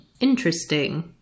Interesting